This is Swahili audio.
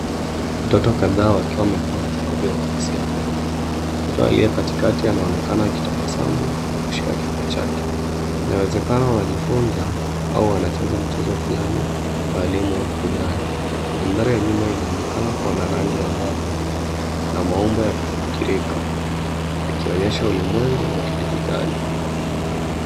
Watoto kadhaa wakiwa wamevaa vifaa vya uhalisia pepe. Mtoto aliyekatikati anaonekana akitabasamu na kushika kifaa chake. Inawezekana wanajifuza au wanacheza mchezo fulani wa elimu burudani. Mandhari ya nyuma inaonekana kuwa na rangi angavu na maumbo ya kufikirika yakionyesha ulimwengu wa kidijitali.